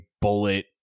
bullet